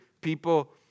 people